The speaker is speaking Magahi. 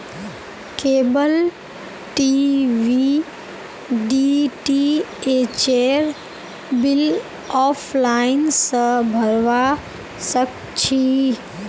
केबल टी.वी डीटीएचेर बिल ऑफलाइन स भरवा सक छी